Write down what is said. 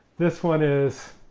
this one is